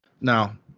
Now